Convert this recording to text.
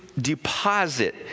deposit